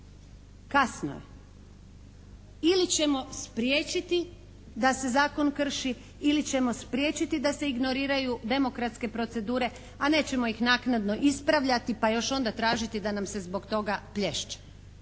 Kasno je. Ili ćemo spriječiti da se zakon krši ili ćemo spriječiti da se ignoriraju demokratske procedure a nećemo ih naknadno ispravljati pa još onda tražiti da nam se zbog toga plješće.